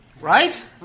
Right